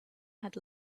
had